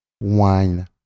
wine